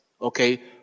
okay